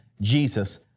Jesus